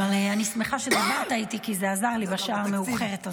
מאיפה משאב הזמן הזה שאת מדברת עליו?